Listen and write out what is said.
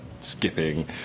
skipping